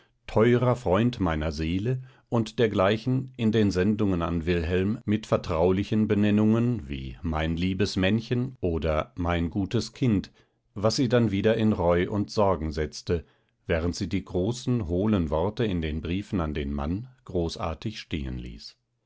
teurer freund meiner seele und dergleichen in den sendungen an wilhelm mit vertraulichen benennungen wie mein liebes männchen oder mein gutes kind was sie dann wieder in reu und sorgen setzte während sie die großen hohlen worte in den briefen an den mann großartig stehenließ